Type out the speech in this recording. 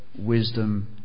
wisdom